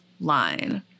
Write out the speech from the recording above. line